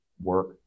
work